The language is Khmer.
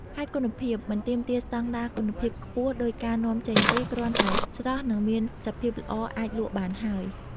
ហើយគុណភាព មិនទាមទារស្តង់ដារគុណភាពខ្ពស់ដូចការនាំចេញទេ គ្រាន់តែស្រស់ និងមានសភាពល្អអាចលក់បានហើយ។